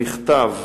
במכתב